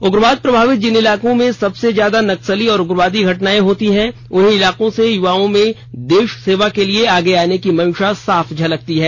उग्रवाद प्रभावित जिन इलाकों में सबसे ज्यादा नक्सली और उग्रवाद घटनाएं होती हैं उन्हीं इलाकों के युवाओं में देश सेवा के लिए आगे आने की मंशा साफ झलकती है